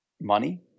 money